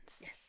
Yes